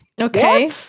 Okay